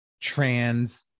trans